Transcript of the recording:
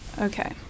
Okay